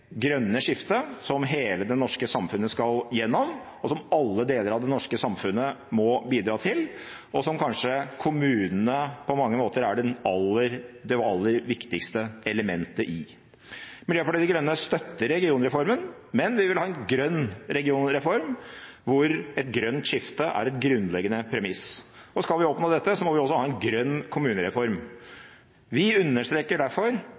grønne skiftet som hele det norske samfunnet skal gjennom, og som alle deler av det norske samfunnet må bidra til, og som kanskje kommunene på mange måter er det aller viktigste elementet i. Miljøpartiet De Grønne støtter regionreformen, men vi vil ha en grønn regionreform, hvor et grønt skifte er et grunnleggende premiss. Skal vi oppnå dette, må vi også ha en grønn kommunereform. Vi understreker derfor